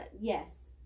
yes